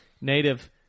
native